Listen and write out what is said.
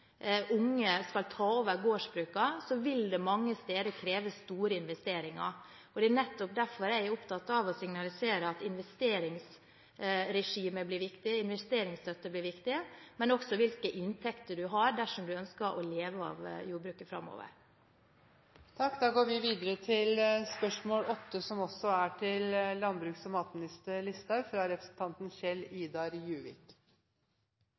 unge skal ta over gårdsbrukene, vil det mange steder kreve store investeringer. Det er nettopp derfor jeg er opptatt av å signalisere at investeringsregimet blir viktig, investeringsstøtte blir viktig, men også hvilke inntekter man har dersom man ønsker å leve av jordbruket framover.